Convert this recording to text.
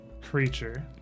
creature